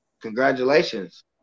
Congratulations